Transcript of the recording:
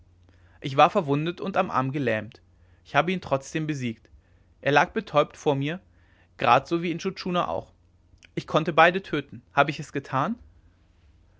ich war verwundet und am arm gelähmt ich habe ihn trotzdem besiegt er lag betäubt vor mir grad so wie intschu tschuna auch ich konnte beide töten habe ich es getan